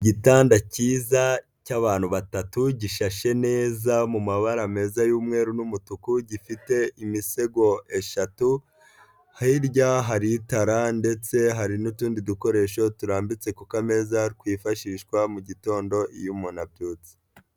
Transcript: Igitanda kiza cy'abantu batatu gishashe neza mu mabara meza y'umweru n'umutuku gifite imisego eshatu, hirya hari itara ndetse hari n'utundi dukoresho turambitse ku kameza twifashishwa mu gitondo iyo umuntu abyutse.